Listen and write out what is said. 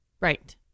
Right